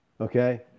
Okay